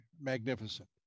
magnificent